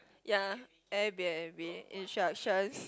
ya Airbnb instructions